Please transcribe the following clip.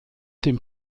dem